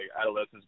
adolescence